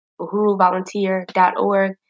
uhuruvolunteer.org